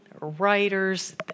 writers